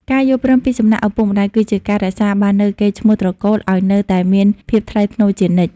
ការយល់ព្រមពីសំណាក់ឪពុកម្ដាយគឺជាការរក្សាបាននូវកេរ្តិ៍ឈ្មោះត្រកូលឱ្យនៅតែមានភាពថ្លៃថ្នូរជានិច្ច។